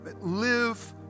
live